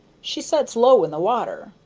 she sets low in the water,